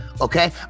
okay